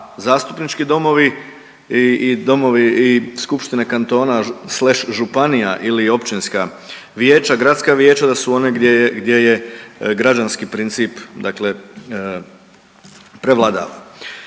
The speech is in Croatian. zastupnički domovi i domovi i skupštine kantona sleš županija ili općinska vijeća, gradska vijeća da su one gdje je, gdje je građanski princip dakle prevladava.